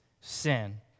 sin